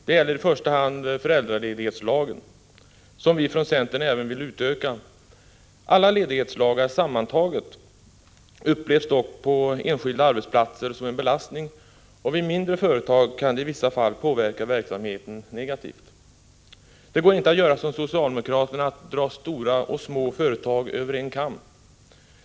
Det gäller i första hand föräldraledighetslagen, som vi från centern vill bygga ut. Alla ledighetslagar sammantagna upplevs dock på enskilda arbetsplatser som en belastning, och vid mindre företag kan de i vissa fall påverka verksamheten negativt. Det går inte att, som socialdemokraterna gör, dra stora och små företag över en kam.